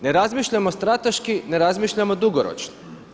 Ne razmišljamo strateški, ne razmišljamo dugoročno.